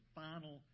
final